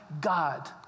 God